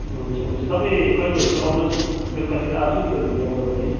हुन्छ हुन्छ तपाईँ कहिले हुन्छ आउनुहोस् न बेलुकातिर आज कि त भोलि आउँदा भयो नि